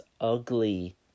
ugly